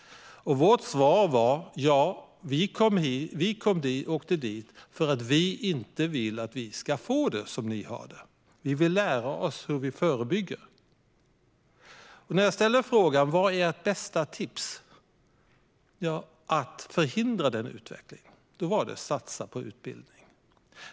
Vårt svar var att vi åkte dit för att vi inte vill att vi ska få det som de har det. Vi vill lära oss hur man förebygger. Jag ställde frågan: Vad är ert bästa tips för att förhindra den utvecklingen? Då svarade man: Satsa på utbildning!